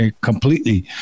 completely